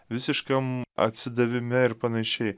visiškam atsidavime ir panašiai